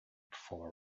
perform